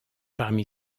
parmi